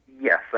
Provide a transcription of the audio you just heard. Yes